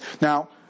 Now